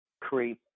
create